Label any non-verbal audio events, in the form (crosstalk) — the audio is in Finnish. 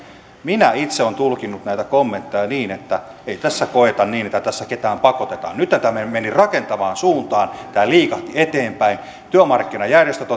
minä itse olen tulkinnut näitä kommentteja niin että ei tässä koeta niin että tässä ketään pakotetaan nyt tämä meni rakentavaan suuntaan tämä liikahti eteenpäin työmarkkinajärjestöt (unintelligible)